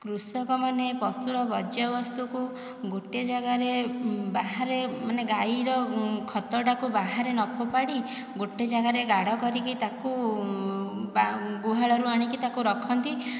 କୃଷକ ମାନେ ପଶୁର ବର୍ଜ୍ୟବସ୍ତୁ କୁ ଗୋଟେ ଜାଗାରେ ବାହାରେ ମାନେ ଗାଈର ଖତଟାକୁ ବାହାରେ ନ ଫୋପାଡ଼ି ଗୋଟେ ଜାଗାରେ ଗାଢ଼ କରିକି ତାକୁ ଗୁହାଳରୁ ଆଣିକି ତାକୁ ରଖନ୍ତି